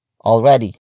already